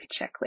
checklist